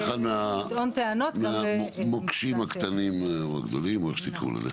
זה אחד מהמוקשים הקטנים או הגדולים או איך שתקראו לזה.